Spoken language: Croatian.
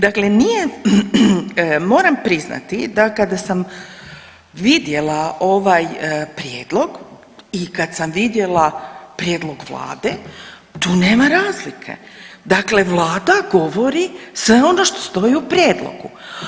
Dakle, nije, moram priznati da kada sam vidjela ovaj prijedlog i kad sam vidjela prijedlog vlade, tu nema razlike, dakle vlada govori sve ono što stoji u prijedlogu.